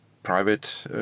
private